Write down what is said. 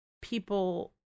people